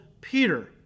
Peter